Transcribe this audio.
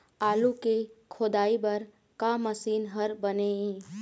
आलू के खोदाई बर का मशीन हर बने ये?